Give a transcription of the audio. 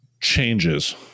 changes